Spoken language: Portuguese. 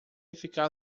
ficar